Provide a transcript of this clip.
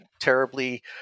terribly